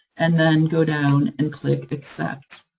and then go down and click accept.